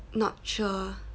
not sure